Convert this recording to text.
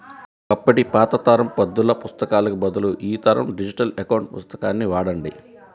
ఒకప్పటి పాత తరం పద్దుల పుస్తకాలకు బదులు ఈ తరం డిజిటల్ అకౌంట్ పుస్తకాన్ని వాడండి